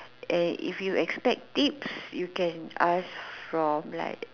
and if you expect tips you can ask from like